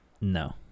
No